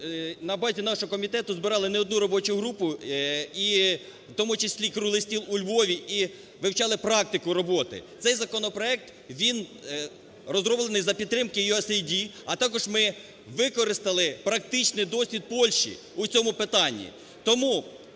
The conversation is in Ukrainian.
на базі нашого комітету збирали не одну робочу групу і в тому числі і круглий стіл у Львові і вивчали практику роботи. Цей законопроект, він розроблений за підтримкиUSAID. А також ми використали практичний досвід Польщі у цьому питанні.